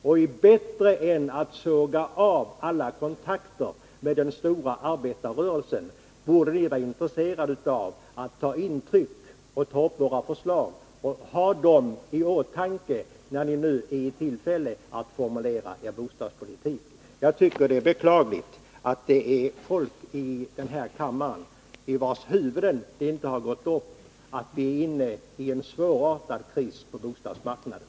Och hellre än att såga av alla kontakter med den stora arbetarrörelsen borde ni vara intresserade av att ta intryck av och ta upp våra förslag samt ha dem i åtanke när ni nu är i tillfälle att formulera bostadspolitiken. Jag tycker att det är beklagligt att det finns folk i den här kammaren i vilkas huvuden det inte har gått in att vi är inne i en svårartad kris på bostadsmarknaden.